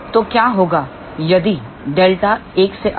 तो क्या होगायदि Δ 1